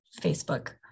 Facebook